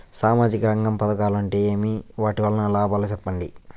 సామాజిక రంగం పథకాలు అంటే ఏమి? వాటి వలన లాభాలు సెప్పండి?